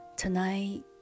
Tonight